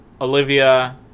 Olivia